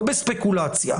לא בספקולציה,